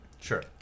Sure